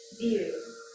view